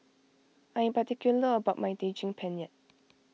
I am particular about my Daging Penyet